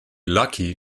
lucky